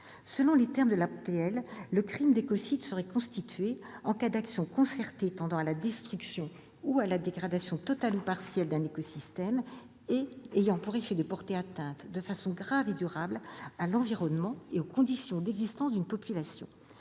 proposition de loi, le crime d'écocide serait constitué en cas d'action concertée tendant à la destruction ou à la dégradation totale ou partielle d'un écosystème et ayant pour effet de porter atteinte, de façon grave et durable, à l'environnement et aux conditions d'existence d'une population.